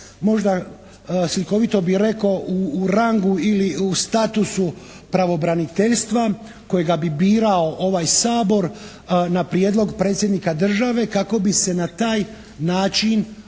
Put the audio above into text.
možda slikovito bih rekao u rangu ili u statusu pravobraniteljstva kojega bi birao ovaj Sabor na prijedlog Predsjednika države kako bi se na taj način osigurala